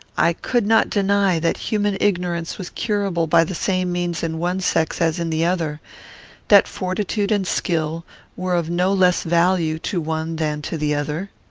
i could not deny that human ignorance was curable by the same means in one sex as in the other that fortitude and skill were of no less value to one than to the other.